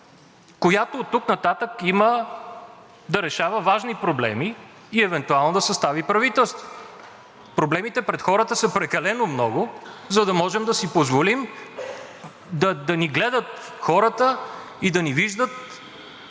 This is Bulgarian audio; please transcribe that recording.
която оттук нататък има да решава важни проблеми и евентуално да състави правителство. Проблемите пред хората са прекалено много, за да можем да си позволим да ни гледат хората и да ни виждат